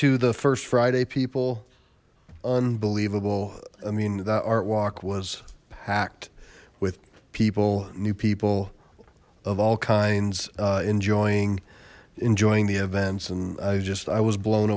to the first friday people unbelievable i mean that art walk was packed with people new people of all kinds enjoying enjoying the events and i just i was blown